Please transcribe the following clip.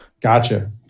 Gotcha